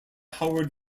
howard